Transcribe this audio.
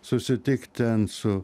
susitikt ten su